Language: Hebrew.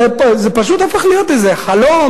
זה פשוט הפך להיות איזה חלום,